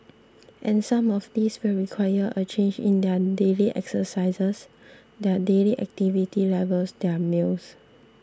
and some of these will require a change in their daily exercises their daily activity levels their meals